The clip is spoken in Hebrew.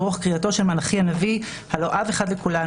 ברוח קריאתו של מלאכי הנביא: הלוא אב אחד לכולנו,